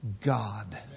God